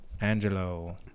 Angelo